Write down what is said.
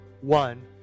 one